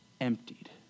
emptied